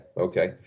Okay